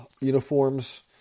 uniforms